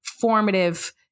formative